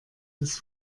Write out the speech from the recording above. des